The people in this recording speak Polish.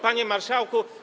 Panie Marszałku!